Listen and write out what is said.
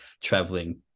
traveling